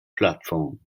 platform